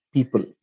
People